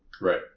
Right